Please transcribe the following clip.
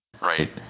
right